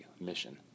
mission